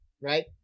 right